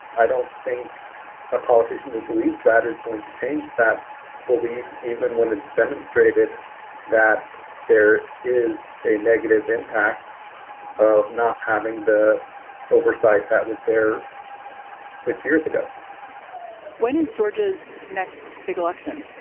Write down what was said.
i don't think a politician who believes that is going to change that belief, even when it's demonstrated that there is a negative impact of not having the oversight that was there six years ago when is georgia's next big election?